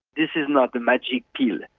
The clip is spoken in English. this is not a magic pill,